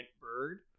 bird